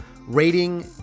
rating